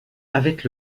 avec